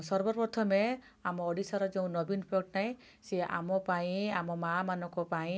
ସର୍ବ ପ୍ରଥମେ ଆମ ଓଡ଼ିଶାର ଯେଉଁ ନବୀନ ପଟ୍ଟନାୟକ ସିଏ ଆମ ପାଇଁ ଆମ ମାଁ ମାନଙ୍କ ପାଇଁ